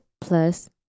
plus